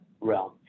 realm